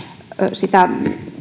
sitä